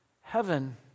heaven